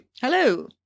Hello